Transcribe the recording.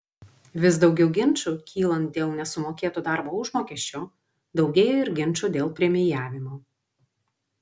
vis daugiau ginčų kylant dėl nesumokėto darbo užmokesčio daugėja ir ginčų dėl premijavimo